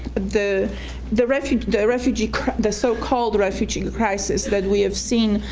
the the refugee the refugee the so-called refugee crisis that we have seen,